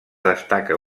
destaca